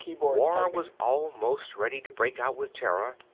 war was almost ready to break out with terra.